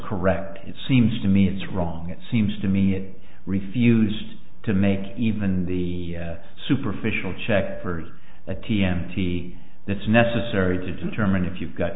correct it seems to me it's wrong it seems to me it refused to make even the superficial check for the t m t that's necessary to determine if you've got